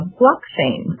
blockchain